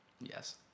yes